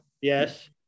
Yes